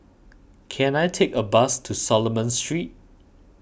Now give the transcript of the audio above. can I take a bus to Solomon Street